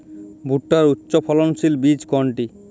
ভূট্টার উচ্চফলনশীল বীজ কোনটি?